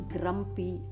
grumpy